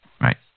Right